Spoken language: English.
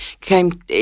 came